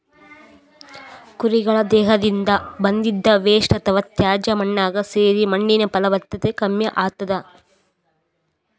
ಕುರಿಗಳ್ ದೇಹದಿಂದ್ ಬಂದಿದ್ದ್ ವೇಸ್ಟ್ ಅಥವಾ ತ್ಯಾಜ್ಯ ಮಣ್ಣಾಗ್ ಸೇರಿ ಮಣ್ಣಿನ್ ಫಲವತ್ತತೆ ಕಮ್ಮಿ ಆತದ್